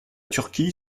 turquie